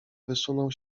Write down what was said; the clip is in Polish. wysunął